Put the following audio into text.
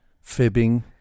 fibbing